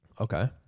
Okay